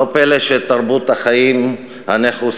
לא פלא שאת תרבות החיים הנחוצה,